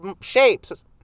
shapes